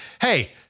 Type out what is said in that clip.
hey